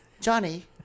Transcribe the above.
Johnny